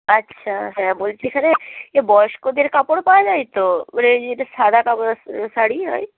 আচ্ছা হ্যাঁ বলছি থালে এ বয়স্কদের কাপড়ও পাওয়া যায় তো মানে যেটা সাদা কাপড়ের শাড়ি হয়